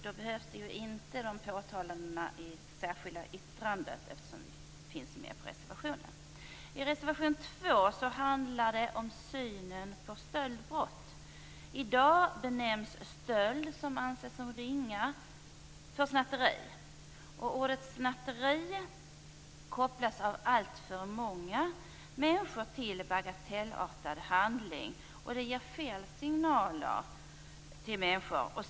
Då behövs inte de påtalanden som finns i det särskilda yttrandet. Reservation 2 handlar om synen på stöldbrott. I Ordet snatteri kopplas av alltför många människor till en bagatellartad handling. Det ger fel signaler till människor.